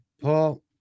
Paul